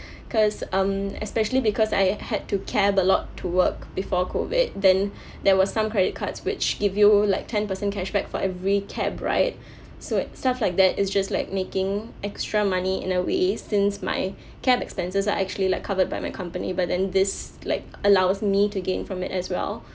because um especially because I had to cab a lot to work before COVID then there was some credit cards which give you like ten percent cashback for every cab ride so stuff like that is just like making extra money in a way since my cab expenses are actually like covered by my company but then this like allows me to gain from it as well